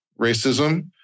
racism